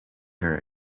her